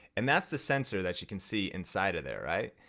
and that's the sensor that you can see inside of there, right?